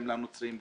גם לנוצרים,